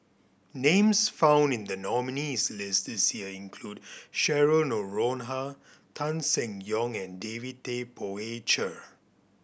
names found in the nominees' list this year include Cheryl Noronha Tan Seng Yong and David Tay Poey Cher